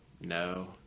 no